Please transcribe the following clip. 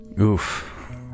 Oof